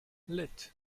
lit